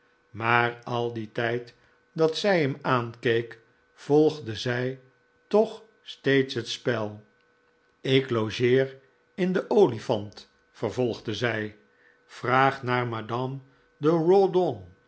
maar al dien tijd dat zij hem aankeek volgde zij toch steeds het spel ik logeer in de olifant vervolgde zij vraag naar madame de